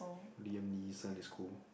Liam-Neeson is cool